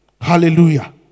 Hallelujah